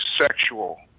sexual